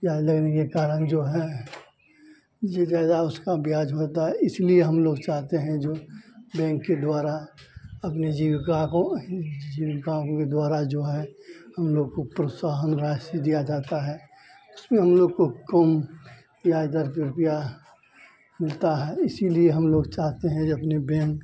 ब्याज लगने के कारण जो है जो ज़्यादा उसका ब्याज होता है इसलिए हमलोग चाहते हैं जो बैंक के द्वारा अपनी जीविका को जीविकाओं के द्वारा जो है हमलोग को प्रोत्साहन राशि दी जाती है उसमें हमलोग को कम ब्याज दर पर रुपया मिलता है इसीलिए हमलोग चाहते हैं जो अपने बैंक